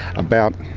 about